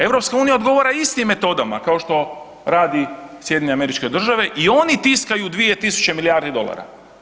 EU odgovara istim metodama kao što radi SAD i oni tiskaju 2 tisuće milijardi dolara.